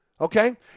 Okay